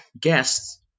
guests